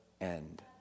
end